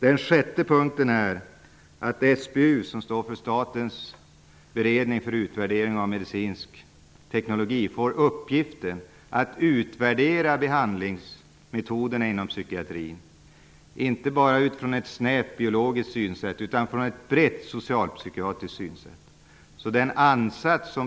Den sjätte punkten gäller att SBU, Statens beredning för utvärdering av medicinsk teknologi, får i uppgift att utvärdera behandlingsmetoderna inom psykiatrin och då inte bara utifrån ett snävt biologiskt synsätt utan också utifrån ett brett socialpsykiatriskt synsätt.